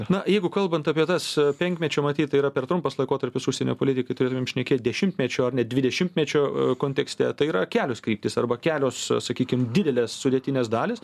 na jeigu kalbant apie tas penkmečio matyt tai yra per trumpas laikotarpis užsienio politikai turėtumėm šnekėt dešimtmečio ar net dvidešimtmečio kontekste tai yra kelios kryptys arba kelios sakykim didelės sudėtinės dalys